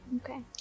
Okay